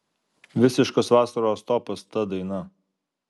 visiškas vasaros topas ta daina